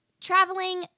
traveling